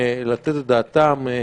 לתת את דעתם,